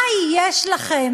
מה יש לכם